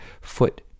foot